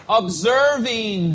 observing